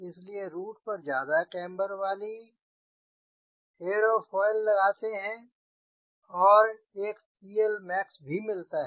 इसलिए रूट पर ज्यादा केम्बर वाली एयरोफॉयल लगते हैं और एक 𝐶Lmax भी मिलता है